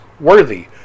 Worthy